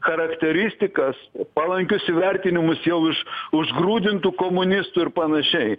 charakteristikas palankius įvertinimus jau iš užgrūdintų komunistų ir panašiai